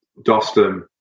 Dostum